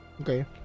Okay